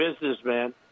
businessman